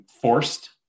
forced